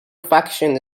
faction